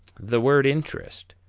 the word interest,